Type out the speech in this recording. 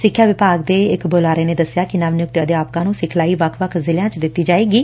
ਸਿੱਖਿਆ ਵਿਭਾਗ ਦੇ ਇਕ ਬੁਲਾਰੇ ਨੇ ਦਸਿਆ ਕਿ ਨਵ ਨਿਯੁਕਤ ਅਧਿਆਪਕਾਂ ਨੂੰ ਸਿਖਲਾਈ ਵੱਖ ਵੱਖ ਜ਼ਿਲੁਿਆਂ ਚ ਦਿੱਤੀ ਜਾਵੇਗੀ